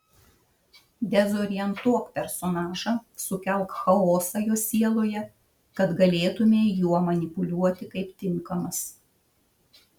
dezorientuok personažą sukelk chaosą jo sieloje kad galėtumei juo manipuliuoti kaip tinkamas